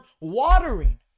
watering